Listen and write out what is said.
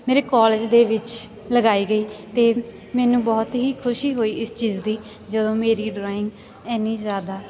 ਮੇਰੇ ਕੋਲਜ ਦੇ ਵਿੱਚ ਲਗਾਈ ਗਈ ਅਤੇ ਮੈਨੂੰ ਬਹੁਤ ਹੀ ਖੁਸ਼ੀ ਹੋਈ ਇਸ ਚੀਜ਼ ਦੀ ਜਦੋਂ ਮੇਰੀ ਡਰਾਇੰਗ ਇੰਨੀ ਜ਼ਿਆਦਾ